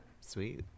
Sweet